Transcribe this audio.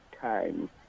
time